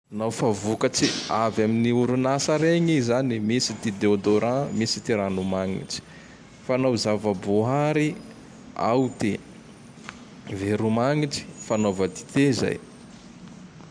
naho fa vokatse av am orinasa regn i zany: misy ty déodorant, misy ty ranomagnitse. Fa naho zava-boahary: Ao ty Veromagnitse, fanaova dité zay.